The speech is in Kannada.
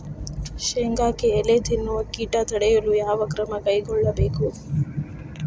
ಶೇಂಗಾಕ್ಕೆ ಎಲೆ ತಿನ್ನುವ ಕೇಟ ತಡೆಯಲು ಯಾವ ಕ್ರಮ ಕೈಗೊಳ್ಳಬೇಕು?